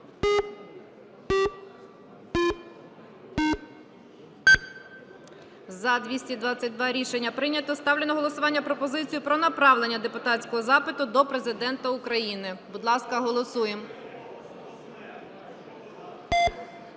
За-222 Рішення прийнято. Ставлю на голосування пропозицію про направлення депутатського запиту до Президента України. Будь ласка, голосуємо.